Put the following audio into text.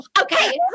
Okay